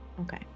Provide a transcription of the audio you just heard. Okay